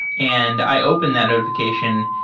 and i open that notifi cation.